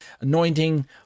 anointing